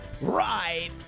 right